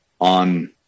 on